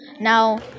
now